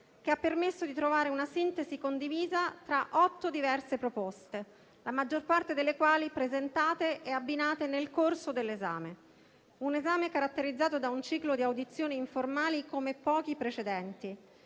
che ha permesso di trovare una sintesi condivisa tra otto diverse proposte, la maggior parte delle quali presentate e abbinate nel corso dell'esame, caratterizzato da un ciclo di audizioni informali come in pochi precedenti,